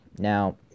Now